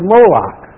Moloch